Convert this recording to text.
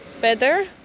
better